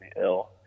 ill